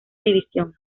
división